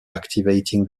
activating